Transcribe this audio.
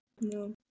no